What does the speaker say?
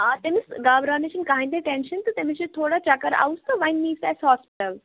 آ تٔمس گابراونٕچ چھنہٕ کہٕنۍ تہِ ٹینشن تہٕ تٔمِس چھِ تھوڑا چکر آوُس تہٕ وۄنۍ نی سۄ اَسہِ ہاسپِٹل